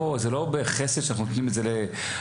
זה לא בחסד שאנחנו נותנים את זה לתושבים.